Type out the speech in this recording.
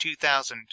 2000